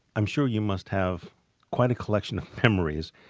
i'm sure you must have quite a collection of memories,